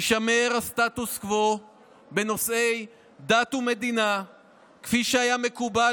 יישמר הסטטוס קוו בנושאי דת ומדינה כפי שהיה מקובל